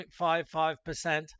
0.55%